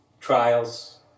trials